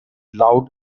loud